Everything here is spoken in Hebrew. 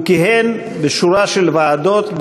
הוא כיהן בשורה של ועדות,